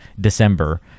December